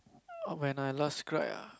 oh when I last cry ah